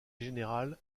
générale